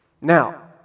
Now